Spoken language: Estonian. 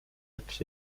üks